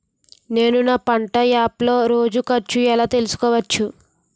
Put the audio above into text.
నేను నా పంట యాప్ లో రోజు ఖర్చు ఎలా తెల్సుకోవచ్చు?